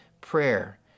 prayer